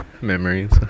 Memories